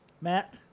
Matt